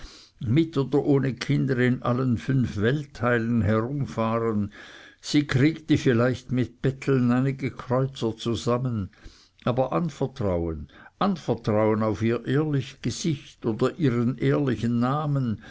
mit oder ohne kinder in allen fünf weltteilen herumfahren sie kriegte vielleicht mit betteln einige kreuzer zusammen aber anvertrauen anvertrauen auf ihr ehrlich gesicht oder ihren ehrlichen namen